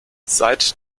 seit